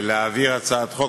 להעביר הצעת חוק,